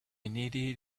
needed